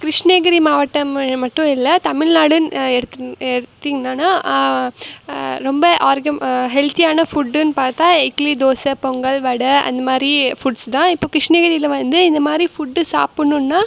கிருஷ்ணகிரி மாவட்டம் மட்டும் இல்லை தமிழ்நாடுன்னு எடுத் எடுத்தீங்கன்னால் ரொம்ப ஆரோக்கியம் ஹெல்த்தியான ஃபுட்டுன்னு பார்த்தா இட்லி தோசை பொங்கல் வடை அந்த மாதிரி ஃபுட்ஸ் தான் இப்போது கிருஷ்ணகிரியில வந்து இந்த மாதிரி ஃபுட்டு சாப்பிட்ணுன்னா